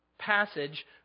Passage